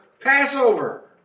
Passover